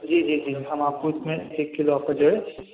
جی جی جی ہم آپ کو اس میں ایک کلو آپ کا جو ہے